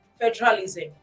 Federalism